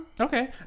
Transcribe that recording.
Okay